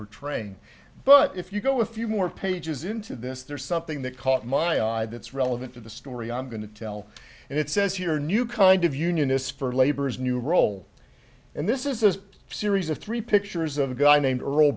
partridge but if you go a few more pages into this there's something that caught my eye that's relevant to the story i'm going to tell and it says here a new kind of unionists for labour's new role and this is a series of three pictures of a guy named earl